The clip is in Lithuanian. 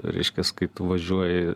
reiškias kai tu važiuoji